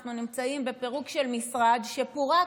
אנחנו נמצאים בפירוק של משרד שפורק